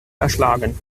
erschlagen